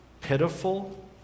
pitiful